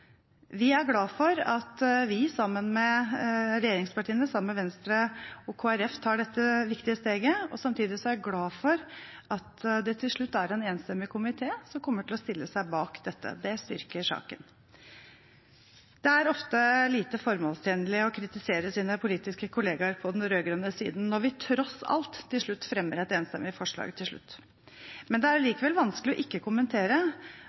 er glad for at vi – sammen med Venstre og Kristelig Folkeparti – tar dette viktige steget, og samtidig er jeg glad for at det til slutt er en enstemmig komité som kommer til å stille seg bak dette. Det styrker saken. Det er ofte lite formålstjenlig å kritisere sine politiske kollegaer på den rød-grønne siden, når vi tross alt fremmer et enstemmig forslag til slutt. Men det er likevel vanskelig ikke å kommentere